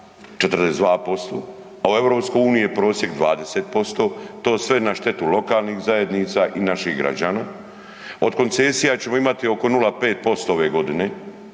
42% a u EU je prosjek 20%, to sve na štetu lokalnih zajednica i naših građana. Od koncesija ćemo imati oko 0,5% ove godine